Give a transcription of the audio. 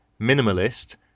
minimalist